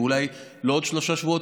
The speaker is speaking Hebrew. אולי לא בעוד שלושה שבועות,